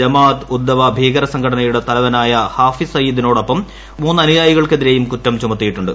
ജമാ അത്ത് ഉദ് ദവ ഭീകര സംഘടനയുടെ തലവനായ ഹാഫിസ് സയീദിനൊപ്പം മൂന്ന് അനുയായികൾക്കെതിരെയും കുറ്റം ചുമത്തിയിട്ടുണ്ട്